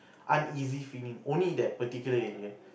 uneasy feeling only that particular area